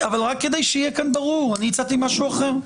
רק כדי שיהיה כאן ברור, אני הצעתי משהו אחר.